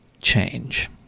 change